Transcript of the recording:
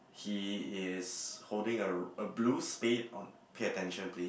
he is holding a a blue spade on pay attention please